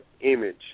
image